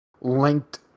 linked